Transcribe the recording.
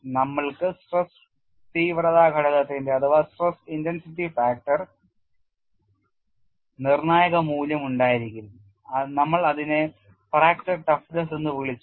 നമ്മൾക്ക് സ്ട്രെസ് തീവ്രത ഘടകത്തിന്റെ നിർണ്ണായക മൂല്യം ഉണ്ടായിരിക്കും നമ്മൾ അതിനെ ഫ്രാക്ചർ ടഫൻസ് എന്ന് വിളിച്ചു